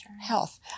health